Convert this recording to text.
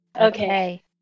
Okay